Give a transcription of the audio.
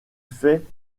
fait